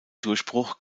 durchbruch